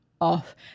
off